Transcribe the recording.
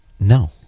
No